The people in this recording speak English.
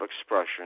expression